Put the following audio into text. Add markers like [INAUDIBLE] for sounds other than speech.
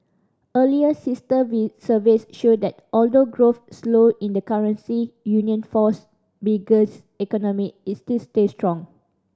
earlier sister [UNINTELLIGIBLE] surveys showed that although growth slowed in the currency union fours biggest economic it still stayed strong